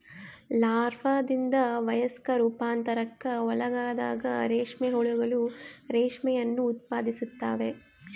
ಲಾರ್ವಾದಿಂದ ವಯಸ್ಕ ರೂಪಾಂತರಕ್ಕೆ ಒಳಗಾದಾಗ ರೇಷ್ಮೆ ಹುಳುಗಳು ರೇಷ್ಮೆಯನ್ನು ಉತ್ಪಾದಿಸುತ್ತವೆ